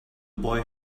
boy